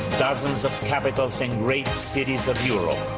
dozens of capitals and great cities of europe,